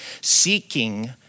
seeking